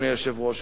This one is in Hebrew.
אדוני היושב-ראש,